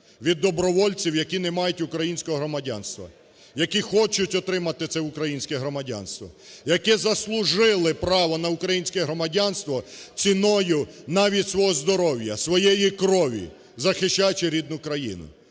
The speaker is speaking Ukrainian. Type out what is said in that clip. від добровольців, які не мають українського громадянства, які хочуть отримати це українське громадянство, які заслужили право на українське громадянство ціною навіть свого здоров'я, своєї крові, захищаючи рідну країну.